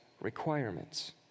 requirements